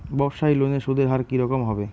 ব্যবসায়ী লোনে সুদের হার কি রকম হবে?